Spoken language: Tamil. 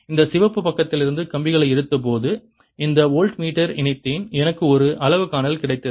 இந்த சிவப்பு பக்கத்திலிருந்து கம்பிகளை எடுத்தபோது இதை வோல்ட்மீட்டருடன் இணைத்தேன் எனக்கு ஒரு அளவு காணல் கிடைத்தது